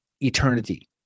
eternity